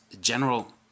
General